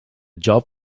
job